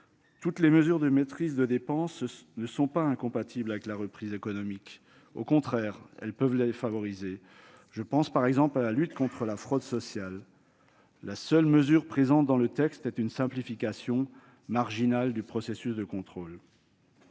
Toutes les mesures de maîtrise des dépenses ne sont pas incompatibles avec la croissance économique ; certaines peuvent au contraire la favoriser. Je pense par exemple à la lutte contre la fraude sociale. La seule mesure présente dans le texte est une simplification marginale du processus de contrôle.